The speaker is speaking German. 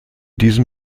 diesem